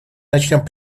начнем